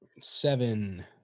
seven